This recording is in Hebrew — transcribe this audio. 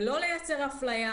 ולא לייצר אפליה